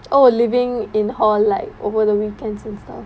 oh living in hall like over the weekends and stuff